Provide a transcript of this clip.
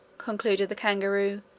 concluded the kangaroo,